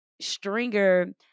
Stringer